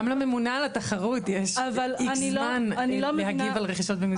גם לממונה על התחרות יש X זמן להגיב על רכישות ומיזוגים.